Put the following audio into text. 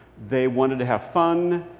they wanted to have fun.